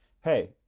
hey